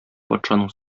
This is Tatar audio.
патшаның